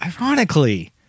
ironically